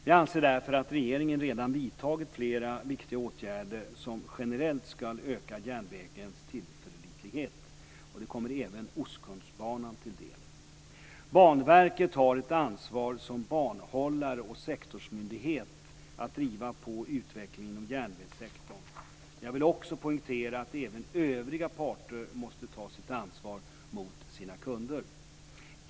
Jag anser därför att regeringen redan vidtagit flera viktiga åtgärder som generellt ska öka järnvägens tillförlitlighet. Det kommer även Ostkustbanan till del. Banverket har ett ansvar som banhållare och sektorsmyndighet att driva på utvecklingen inom järnvägssektorn. Men jag vill också poängtera att även övriga parter måste ta sitt ansvar mot sina kunder.